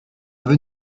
veut